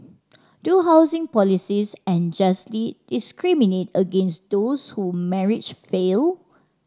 do housing policies unjustly discriminate against those who marriage failed